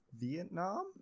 Vietnam